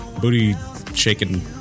booty-shaking